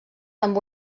amb